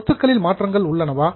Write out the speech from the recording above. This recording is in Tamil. சொத்துக்களில் மாற்றங்கள் உள்ளனவா